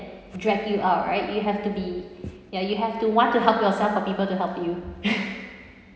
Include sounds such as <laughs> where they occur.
drag you out right you have to be ya you have to want to help yourself for people to help you <laughs>